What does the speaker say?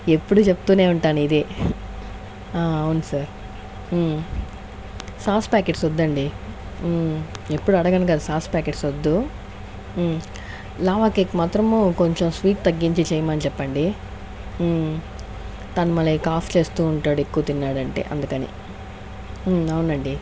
ఎప్పుడూ చెప్తూనే ఉంటాను ఇది అవును సార్ సాస్ ప్యాకెట్స్ వద్దండి ఎప్పుడు అడగను కదా సాస్ ప్యాకెట్స్ వద్దు లావా కేక్ మాత్రము కొంచెం స్వీట్ తగ్గించి చేయమని చెప్పండి తను మళ్ళి కాఫ్ చేస్తూ ఉంటాడు ఎక్కువ తిన్నాడంటే అందుకని అవునండి